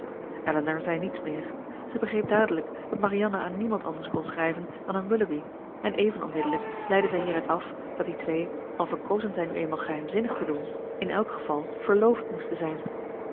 elinor zei niets meer zij begreep dadelijk dat marianne aan niemand anders kon schrijven dan aan willoughby en even onmiddellijk leidde zij hieruit af dat die twee al verkozen zij nu eenmaal geheimzinnig te doen in elk geval verloofd moesten zijn